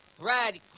Brad